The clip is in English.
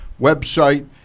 website